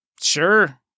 Sure